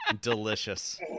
Delicious